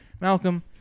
Malcolm